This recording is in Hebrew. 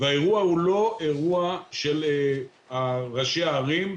והאירוע הוא לא אירוע של ראשי הערים.